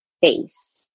face